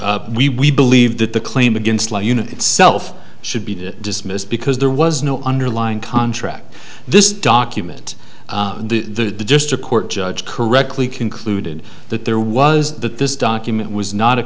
true we we believe that the claim against itself should be dismissed because there was no underlying contract this document the district court judge correctly concluded that there was that this document was not a